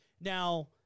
now